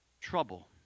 trouble